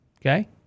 okay